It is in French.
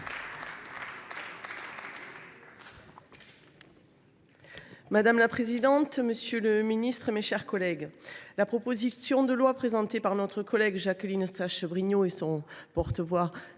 Madame la présidente, monsieur le ministre, mes chers collègues, la proposition de loi présentée par notre collègue Jacqueline Eustache Brinio son porte voix